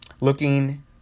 looking